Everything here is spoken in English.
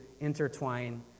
intertwine